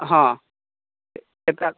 हँ एकटा